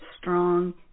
strong